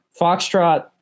Foxtrot